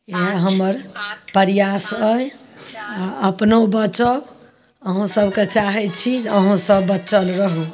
इएह हमर प्रयास अछि आ अपनो बचब अहुँ सबके चाहै छी जे अहुँ सब बचल रहु